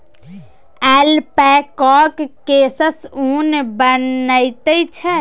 ऐल्पैकाक केससँ ऊन बनैत छै